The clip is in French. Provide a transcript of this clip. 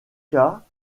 cas